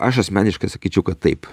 aš asmeniškai sakyčiau kad taip